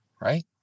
right